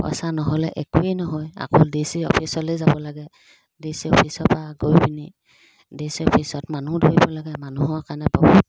পইচা নহ'লে একোৱেই নহয় আকৌ ডি চি অফিচলৈ যাব লাগে ডি চি অফিচৰপৰা গৈ পিনি ডি চি অফিচত মানুহ ধৰিব লাগে মানুহৰ কাৰণে বহুত